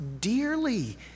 dearly